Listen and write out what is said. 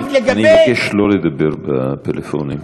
אני מבקש לא לדבר בפלאפונים.